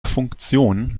funktion